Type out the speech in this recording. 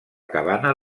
cabana